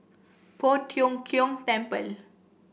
Poh Tiong Kiong Temple